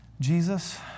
Jesus